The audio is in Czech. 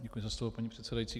Děkuji za slovo, paní předsedající.